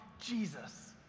Jesus